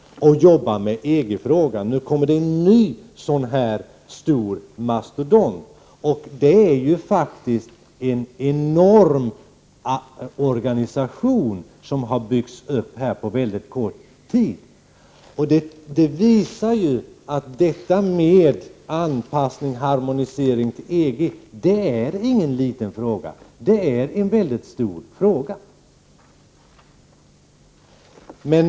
och arbetar med EG-frågan. Nu kommer det en ny stor mastodont. Det är fråga om en enorm organisation som har byggts upp på mycket kort tid. Detta visar att frågan om anpassning och harmonisering till EG inte är någon liten fråga, utan en mycket stor fråga.